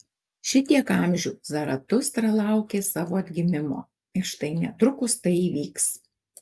šitiek amžių zaratustra laukė savo atgimimo ir štai netrukus tai įvyks